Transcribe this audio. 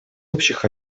общих